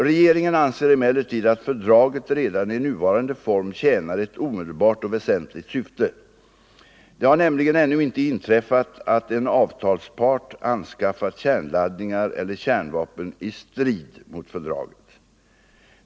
Regeringen anser emellertid att fördraget redan i nuvarande form tjänar ett omedelbart och väsentligt syfte. Det har nämligen ännu inte inträffat att en avtalspart anskaffat kärnladdningar eller kärn vapen i strid mot fördraget.